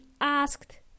asked